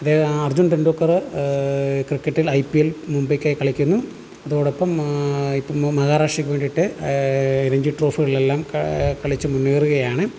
അദ്ദേഹം അർജുൻ ടെണ്ടുൽക്കർ ക്രിക്കറ്റിൽ I P L മുംബൈക്കായി കളിക്കുന്നു അതോടൊപ്പം ഇപ്പം മഹാരാഷ്ട്രയ്ക്കു വേണ്ടിയിട്ട് രഞ്ജീട്രോഫികളിലെല്ലാം കാ കളിച്ചും മുന്നേറുകയാണ്